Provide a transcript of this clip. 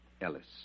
Ellis